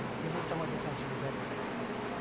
giving someone's attention and getting someone's attention,